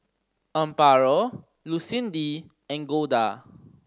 Amparo Lucindy and Golda